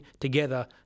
together